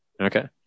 Okay